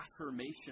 affirmation